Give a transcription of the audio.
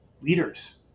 leaders